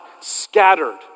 Scattered